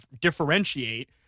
differentiate